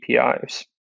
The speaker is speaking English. APIs